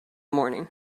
morning